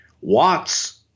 Watts